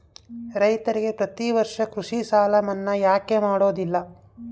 ರೈತರಿಗೆ ಪ್ರತಿ ವರ್ಷ ಕೃಷಿ ಸಾಲ ಮನ್ನಾ ಯಾಕೆ ಮಾಡೋದಿಲ್ಲ?